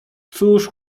cóż